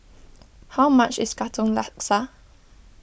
how much is Katong Laksa